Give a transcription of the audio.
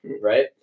right